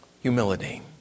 Humility